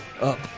up